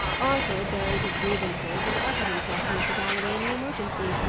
arthur buried his grievances and offered himself to mr. galloway in the emergency.